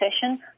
session